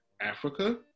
Africa